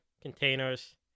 containers